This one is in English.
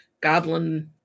Goblin